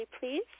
please